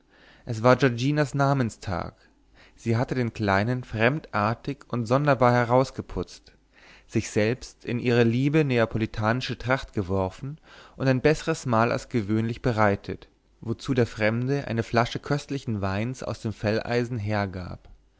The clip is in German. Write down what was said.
es war giorginas namenstag sie hatte den kleinen fremdartig und sonderbar herausgeputzt sich selbst in ihre liebe neapolitanische tracht geworfen und ein besseres mahl als gewöhnlich bereitet wozu der fremde eine flasche köstlichen weins aus dem felleisen hergab